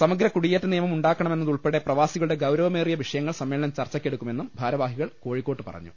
സമഗ്ര കുടിയേറ്റ നിയമം ഉണ്ടാക്കണമെന്ന തുൾപ്പെടെ പ്രവാസികളുടെ ഗൌരവമേറിയ വിഷയങ്ങൾ സമ്മേ ളനം ചർച്ചക്കെടുക്കുമെന്ന് ഭാരവാഹികൾ കോഴിക്കോട്ട് പറഞ്ഞു